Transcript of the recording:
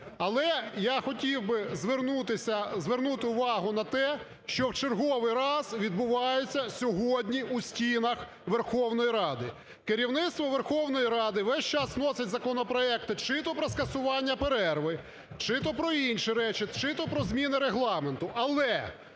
Але я хотів звернутися… звернути увагу на те, що в черговий раз відбувається сьогодні у стінах Верховної Ради: керівництво Верховної Ради весь час вносить законопроекти чи то про скасування перерви, чи то про інші речі, чи то про зміни Регламенту.